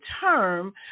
term